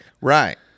Right